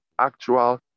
actual